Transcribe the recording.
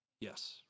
Yes